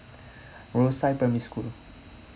rosyth primary school